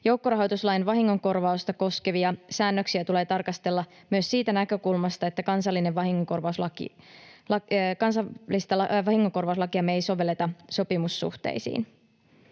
Joukkorahoituslain vahingonkorvausta koskevia säännöksiä tulee tarkastella myös siitä näkökulmasta, että kansallista vahingonkorvauslakiamme ei sovelleta sopimussuhteisiin.